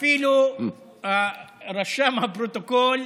אפילו רשם הפרוטוקול,